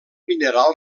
mineral